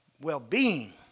well-being